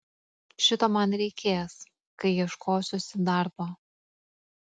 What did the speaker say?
šito man reikės kai ieškosiuosi darbo